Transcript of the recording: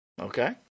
Okay